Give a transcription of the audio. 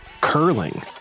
curling